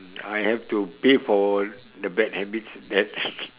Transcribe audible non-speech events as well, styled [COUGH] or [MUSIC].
I have to pay for the bad habits that [LAUGHS]